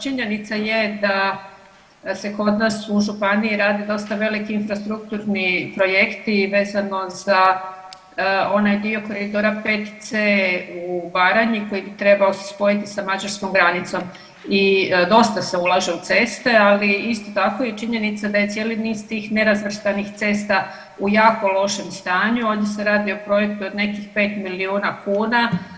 Činjenica je da se kod nas u županiji radi dosta veliki infrastrukturni projekti vezano za onaj dio koridora VC u Baranji koji bi se trebao spojiti sa mađarskom granicom i dosta se ulaže u ceste, ali isto tako je činjenica da je cijeli niz tih nerazvrstanih cesta u jako lošem stanju, ovdje se radi o projektu od nekih pet milijuna kuna.